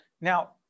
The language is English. Now